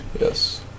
Yes